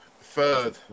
Third